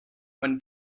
when